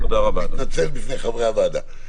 אני מתנצל בפני חברי הוועדה.